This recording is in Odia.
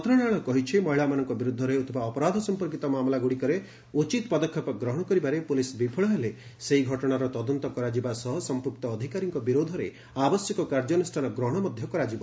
ମନ୍ତ୍ରଣାଳୟ କହିଛି ମହିଳାମାନଙ୍କ ବିରୁଦ୍ଧରେ ହେଉଥିବା ଅପରାଧ ସମ୍ପର୍କିତ ମାମଲାଗୁଡ଼ିକରେ ଉଚିତ୍ ପଦକ୍ଷେପ ଗ୍ରହଣ କରିବାରେ ପୁଲିସ ବିଫଳ ହେଲେ ସେହି ଘଟଣାର ତଦନ୍ତ କରାଯିବା ସହ ସମ୍ପୃକ୍ତ ଅଧିକାରୀଙ୍କ ବିରୋଧରେ ଆବଶ୍ୟକ କାର୍ଯ୍ୟାନୁଷ୍ଠାନ ଗ୍ରହଣ ମଧ୍ୟ କରାଯିବ